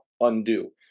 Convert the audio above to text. undo